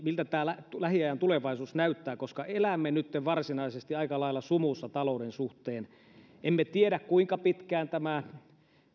miltä lähiajan tulevaisuus näyttää täällä hallituksen toimenpiteillä koska elämme nytten varsinaisesti aika lailla sumussa talouden suhteen emme tiedä kuinka pitkään tämä